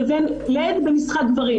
לבין לד במשחק גברים.